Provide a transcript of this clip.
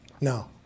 No